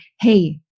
Hey